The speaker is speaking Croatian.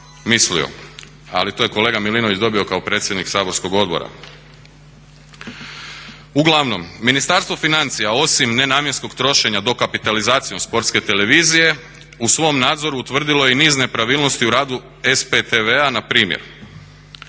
mislio, ali to je kolega Milinović dobio kao predsjednik saborskog odbora. Uglavnom, Ministarstvo financija osim nenamjenskog trošenja, dokapitalizacijom Sportske televizije u svom nadzoru utvrdilo je i niz nepravilnosti u radu SP tv-a npr.